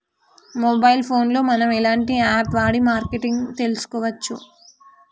Mobile phone లో మనం ఎలాంటి యాప్ వాడి మార్కెటింగ్ తెలుసుకోవచ్చు?